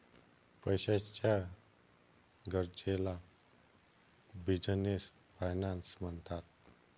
पैशाच्या गरजेला business finance म्हणतात